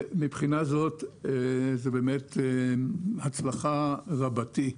מן הבחינה הזאת זה באמת הצלחה רבתי.